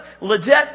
legit